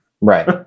Right